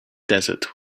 desert